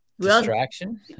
distraction